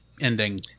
ending